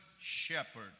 Shepherd